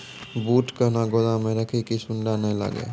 बूट कहना गोदाम मे रखिए की सुंडा नए लागे?